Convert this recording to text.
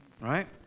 Right